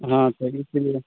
हाँ तो इसलिए